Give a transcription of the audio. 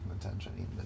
attention